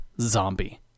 zombie